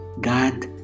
god